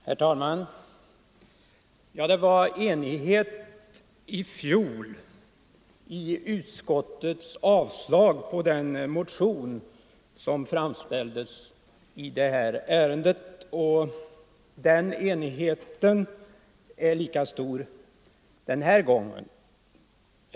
Herr talman! Det var enighet i fjol om utskottets avslag på den motion som framställdes i detta ärende, och den enigheten är lika stor den här gången.